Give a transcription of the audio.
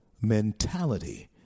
mentality